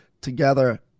together